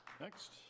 Next